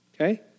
Okay